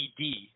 ED